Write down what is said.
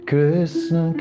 Krishna